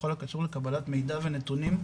בכל הקשור לקבלת מידע ונתונים,